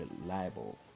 reliable